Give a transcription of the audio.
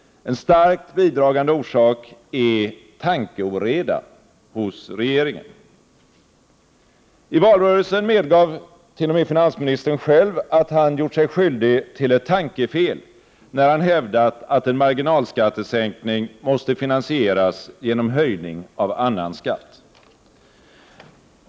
En starkt bidragande orsak är tankeoreda hos regeringen. I valrörelsen medgav t.o.m. finansministern själv att han gjort sig skyldig till ett tankefel, när han hävdat att en marginalskattesänkning måste finansieras genom höjning av annan skatt.